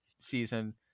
season